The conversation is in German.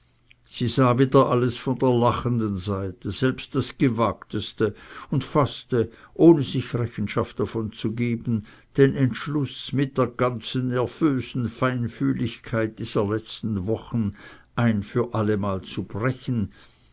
sie sah wieder alles von der lachenden seite selbst das gewagteste und faßte ohne sich rechenschaft davon zu geben den entschluß mit der ganzen nervösen feinfühligkeit dieser letzten wochen ein für allemal brechen